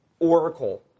oracle